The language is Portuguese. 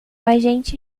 agente